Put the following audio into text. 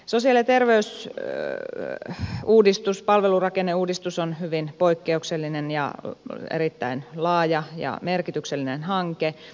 sosiaali ja terveysuudistus palvelurakenneuudistus on hyvin poikkeuksellinen ja erittäin laaja ja merkityksellinen hanke